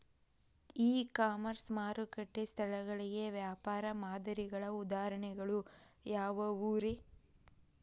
E commerce ಮಾರುಕಟ್ಟೆ ಸ್ಥಳಗಳಿಗೆ ವ್ಯಾಪಾರ ಮಾದರಿಗಳ ಉದಾಹರಣೆಗಳು ಯಾವವುರೇ?